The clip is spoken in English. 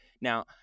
Now